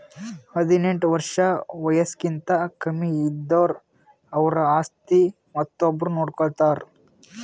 ಹದಿನೆಂಟ್ ವರ್ಷ್ ವಯಸ್ಸ್ಕಿಂತ ಕಮ್ಮಿ ಇದ್ದುರ್ ಅವ್ರ ಆಸ್ತಿ ಮತ್ತೊಬ್ರು ನೋಡ್ಕೋತಾರ್